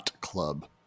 Club